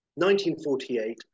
1948